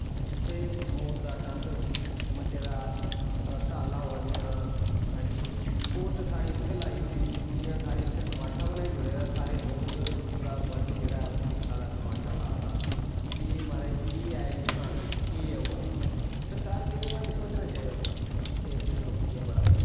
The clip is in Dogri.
इत्थें मौत दा ताडंव मचे दा हड़तालां होआ दियां हां जी फोर्स सारी उत्थें लाई ओड़ी दी दुनियां सारी उत्थें तमाशा बनाई ओड़े दा सारे लोग पूरा वर्ल्ड जेह्ड़ा ओह् दिक्खा दा तमाशा ला दा कि एह् महाराज केह् ऐ हिन्दोस्तान बिच्च केह् ऐ एह् होआ दा सरकार गी एह्दे बारे च सोचना चाहिदा थोह्ड़ा ते शुक्रिया बड़ा बड़ा